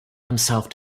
himself